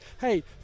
hey